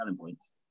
points